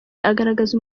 agaragaza